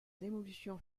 démolition